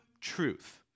truth